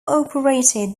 operated